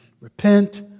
repent